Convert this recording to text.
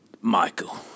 Michael